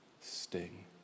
sting